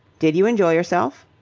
did you enjoy yourself?